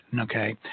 Okay